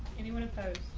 anyone opposed?